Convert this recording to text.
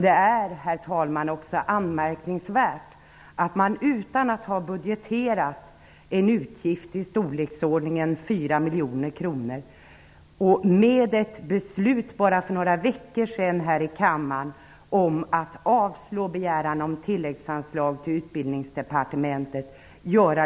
Det är, herr talman, också anmärkningsvärt att man gör den här typen av satsningar utan att ha budgeterat utgiften, som är i storleksordningen 4 miljoner kronor, och trots ett beslut för bara några veckor sedan här i kammaren om att avslå en begäran om tilläggsanslag till Utbildningsdepartementet.